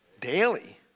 Daily